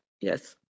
yes